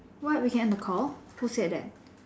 what we can end the call who said that